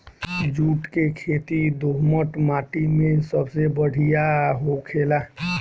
जुट के खेती दोहमट माटी मे सबसे बढ़िया होखेला